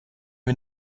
wir